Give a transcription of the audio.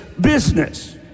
business